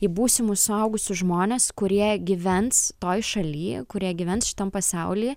į būsimus suaugusius žmones kurie gyvens toj šaly kurie gyvens šitam pasauly